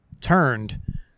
turned